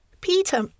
Peter